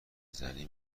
زنی